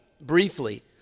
briefly